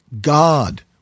God